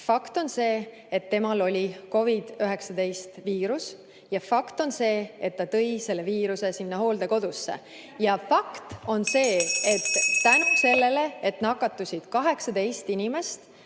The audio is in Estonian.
Fakt on see, et temal oli COVID‑19 viirus, ja fakt on see, et ta tõi selle viiruse sinna hooldekodusse, ja fakt on see, et nakatusid 18 inimest,